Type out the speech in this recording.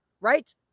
right